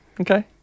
okay